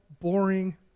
boring